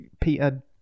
Peter